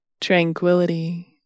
Tranquility